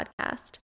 podcast